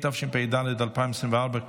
התשפ"ד 2024,